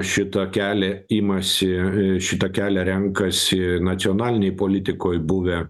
šitą kelią imasi šitą kelią renkasi nacionalinėj politikoj buvę